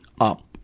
up